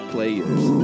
Players